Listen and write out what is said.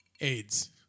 AIDS